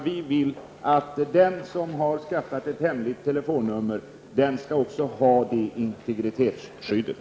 Vi vill att den som skaffat sig ett hemligt telefonnummer också skall ha det integritetsskyddet.